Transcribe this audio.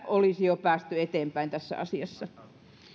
olisi jo päästy eteenpäin tässä asiassa